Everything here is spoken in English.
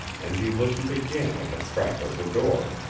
and he listened again at the crack of the door.